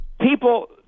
people